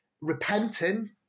repenting